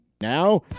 now